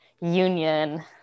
union